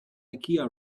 ikea